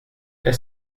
est